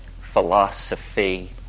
philosophy